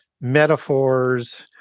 metaphors